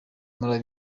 malawi